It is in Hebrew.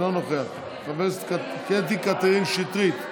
אינו נוכח, חברת הכנסת קטי קטרין שטרית,